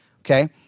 okay